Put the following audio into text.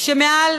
מעל